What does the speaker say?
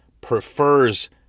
prefers